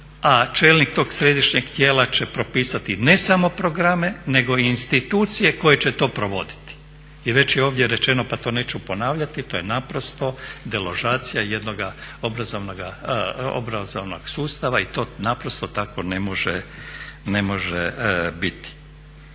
a čelnik tog središnjeg tijela će propisati ne samo programe nego i institucije koje će to provoditi. I već je ovdje rečeno pa to neću ponavljati, to je naprosto deložacija jednoga obrazovnoga sustava i to naprosto tako ne može biti.